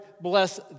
bless